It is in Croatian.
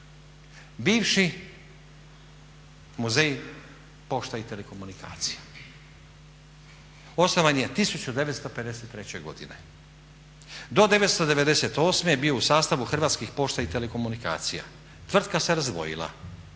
Bivši Muzej pošta i telekomunikacija osnovan je 1953. godine. Do 1998. je bio u sastavu Hrvatskih pošta i telekomunikacija. Tvrtka se razdvojila,